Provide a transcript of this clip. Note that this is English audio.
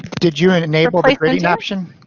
did you and enable the grading option?